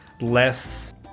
less